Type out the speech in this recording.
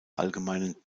allgemeinen